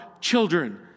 children